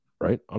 right